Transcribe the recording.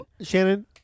Shannon